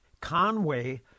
Conway